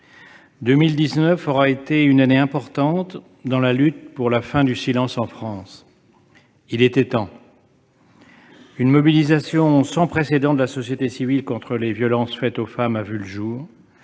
2019 aura été une année importante dans la lutte pour la fin du silence en France ; il était temps. Une mobilisation sans précédent de la société civile contre les violences faites aux femmes a vu le jour,